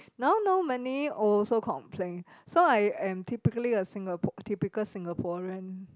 now no money also complain so I am typically a Singapore typical Singaporean